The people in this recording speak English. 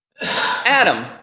Adam